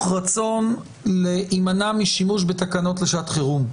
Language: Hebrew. רצון להימנע משימוש בתקנות לשעת חירום.